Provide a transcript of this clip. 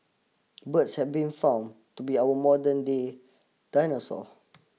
birds have been found to be our modern day dinosaur